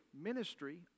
ministry